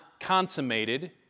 consummated